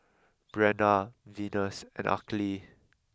Breanna Venus and Aracely